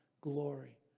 glory